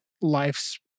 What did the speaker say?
life's